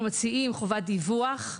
אנחנו מציעים חובת דיווח,